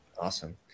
Awesome